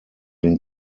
den